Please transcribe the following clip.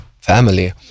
family